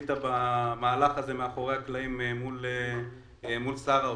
שעשית במהלך הזה מאחורי הקלעים מול שר האוצר,